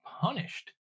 punished